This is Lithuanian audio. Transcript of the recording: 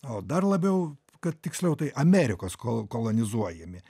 o dar labiau kad tiksliau tai amerikos ko kolonizuojami